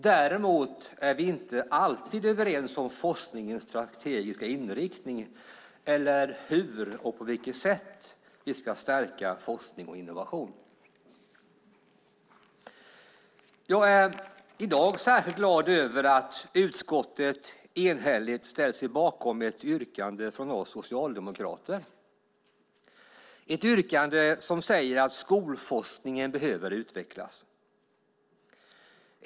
Däremot är vi inte alltid överens om forskningens strategiska inriktning eller hur och på vilket sätt vi ska stärka forskning och innovation. Jag är i dag särskilt glad över att utskottet enhälligt ställt sig bakom ett yrkande från oss socialdemokrater. Det är ett yrkande som säger att skolforskningen behöver utvecklas.